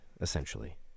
essentially